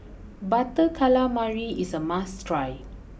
Butter Calamari is a must try